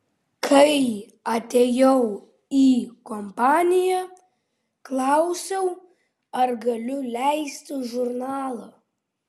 kai atėjau į kompaniją klausiau ar galiu leisti žurnalą